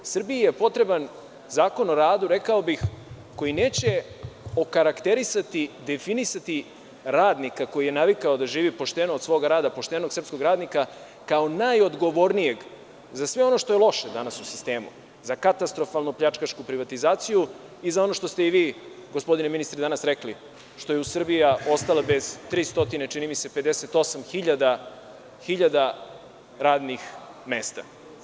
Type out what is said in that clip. Srbiji je potreban Zakon o radu, rekao bih, koji neće okarakterisati, definisati radnika koji je navikao da živi pošteno, poštenog srpskog radnika kao najodgovornijeg za sve ono što je loše danas u sistemu, za katastrofalno pljačkašku privatizaciju i za ono što ste i vi, gospodine ministre, danas rekli, što je Srbija ostala bez 358 hiljada radnih mesta.